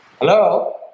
Hello